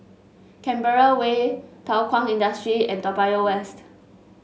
Canberra Way Thow Kwang Industry and Toa Payoh West